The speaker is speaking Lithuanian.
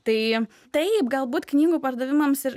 tai taip galbūt knygų pardavimams ir